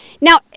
now